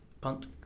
Punt